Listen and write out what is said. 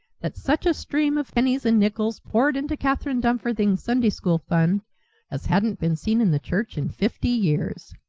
that such a stream of pennies and nickels poured into catherine dumfarthing's sunday school fund as hadn't been seen in the church in fifty years.